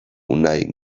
unai